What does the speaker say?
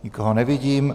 Nikoho nevidím.